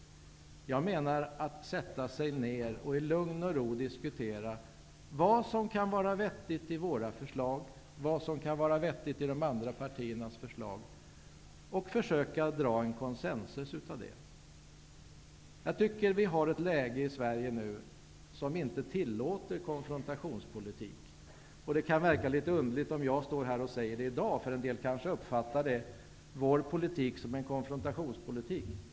Jag menar att sätta sig ned och i lugn och ro diskutera vad som kan vara vettigt i våra förslag och vad som kan vara vettigt i de andra partiernas förslag och försöka dra en konsensus av det. Jag tycker att vi har ett läge i Sverige nu som inte tillåter konfrontationspolitik. Det kan verka litet underligt, om jag står här och säger det i dag, för en del kanske uppfattar vår politik som en konfrontationspolitik.